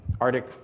Arctic